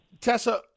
Tessa